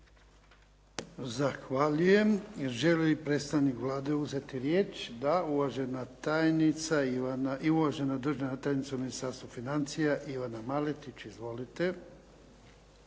Zahvaljujem. Želi li predstavnik Vlade uzeti riječ? Da. Uvažena tajnica i uvažena državna tajnica u Ministarstvu financija Ivana Maletić. Izvolite.